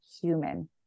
human